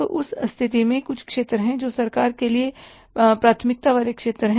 तो उस स्थिति में कुछ क्षेत्र हैं जो सरकार के लिए प्राथमिकता वाले क्षेत्र हैं